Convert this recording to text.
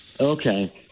Okay